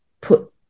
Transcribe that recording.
put